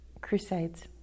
Crusades